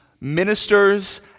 ministers